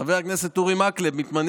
מתמנה